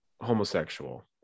homosexual